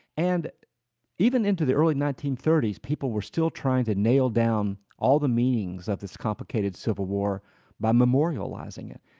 and even into the early nineteen thirty s, people were still trying to nail down all the meanings of this complicated civil war by memorializing it.